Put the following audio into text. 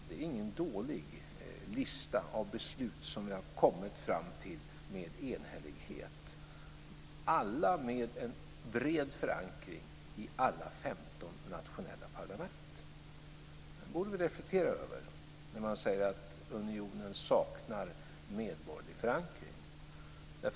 Det är ingen dålig lista över beslut som vi har kommit fram till med enhällighet, alla med en bred förankring i alla 15 nationella parlament. Det borde man reflektera över när man säger att unionen saknar medborgerlig förankring.